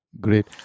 Great